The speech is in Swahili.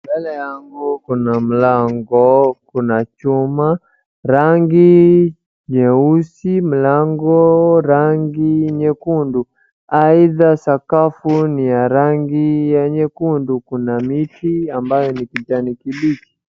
Mbele yangu kuna mlango, kuna chuma, rangi nyeusi, mlango rangi nyekundu. Aidha sakafu ni ya rangi ya nyekundu. Kuna miti ambayo ni kijani kibichi.